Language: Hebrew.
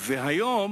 והיום